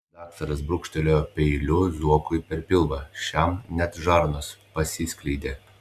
daktaras brūkštelėjo peiliu zuokui per pilvą šiam net žarnos pasiskleidė